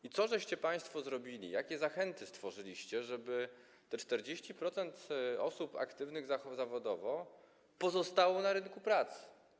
I co państwo zrobiliście, jakie zachęty stworzyliście, żeby te 40% osób aktywnych zawodowo pozostało na rynku pracy?